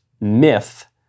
myth